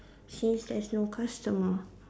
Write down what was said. seems there's no customer